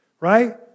right